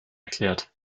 erklärt